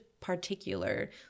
particular